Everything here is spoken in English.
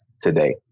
today